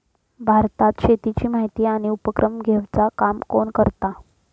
भारतात शेतीची माहिती आणि उपक्रम घेवचा काम कोण करता?